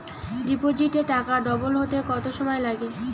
ডিপোজিটে টাকা ডবল হতে কত সময় লাগে?